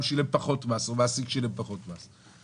שילם פחות מס או מעסיק שילם פחות מס.